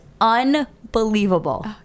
unbelievable